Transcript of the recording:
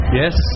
yes